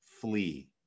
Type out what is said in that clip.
flee